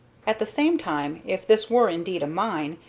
at the same time, if this were indeed a mine,